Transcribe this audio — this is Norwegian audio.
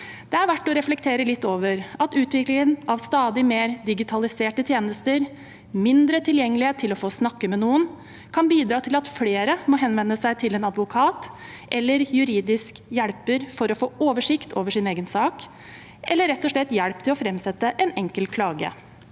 Det er verdt å reflektere litt over at utviklingen av stadig mer digitaliserte tjenester og mindre tilgjengelighet til å få snakke med noen kan bidra til at flere må henvende seg til en advokat eller juridisk hjelper for å få oversikt over sin egen sak eller rett og slett få hjelp til å framsette en enkel klage.